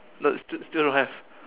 no still still don't have